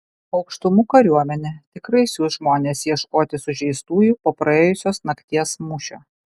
aukštumų kariuomenė tikrai siųs žmones ieškoti sužeistųjų po praėjusios nakties mūšio